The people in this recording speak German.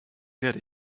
werde